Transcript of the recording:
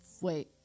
Wait